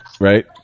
right